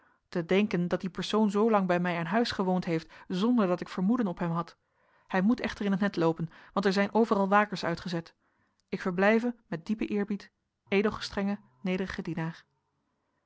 te denken dat die persoon zoolang bij mij aan huis gewoond heeft zonder dat ik vermoeden op hem had hij moet echter in t net loopen want er zijn overal wakers uitgezet ik verblijve met diepen eerbied uw ed gestr nederige dienaar